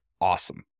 awesome